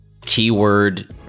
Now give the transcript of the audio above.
keyword